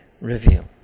reveal